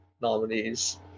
nominees